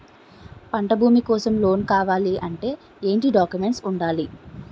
పంట భూమి కోసం లోన్ కావాలి అంటే ఏంటి డాక్యుమెంట్స్ ఉండాలి?